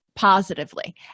positively